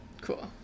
cool